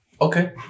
okay